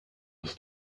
des